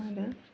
आरो